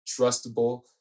trustable